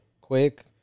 quick